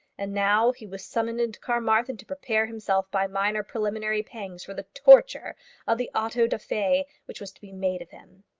and now he was summoned into carmarthen to prepare himself by minor preliminary pangs for the torture of the auto-da-fe which was to be made of him.